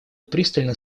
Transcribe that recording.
пристально